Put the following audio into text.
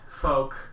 folk